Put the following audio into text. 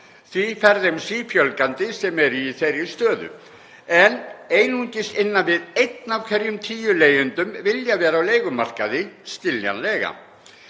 Því fer þeim sífjölgandi sem eru í þeirri stöðu en einungis innan við einn af hverjum tíu leigjendum vill vera á leigumarkaði, skiljanlega.